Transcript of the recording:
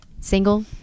single